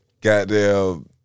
Goddamn